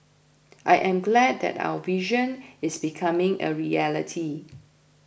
I am glad that our vision is becoming a reality